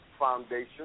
Foundation